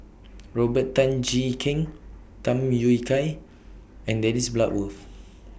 Robert Tan Jee Keng Tham Yui Kai and Dennis Bloodworth